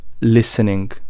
listening